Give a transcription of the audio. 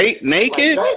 naked